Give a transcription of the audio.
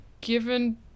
given